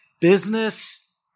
business